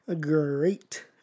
great